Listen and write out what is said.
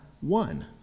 one